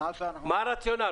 מה הרציונל?